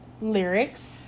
lyrics